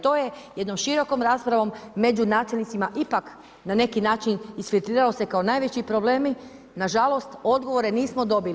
To je jednom širokom raspravom među načelnicima ipak na neki način isfiltriralo se kao najveći problemi, nažalost odgovore nismo dobili.